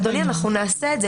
אדוני, אנחנו נעשה את זה.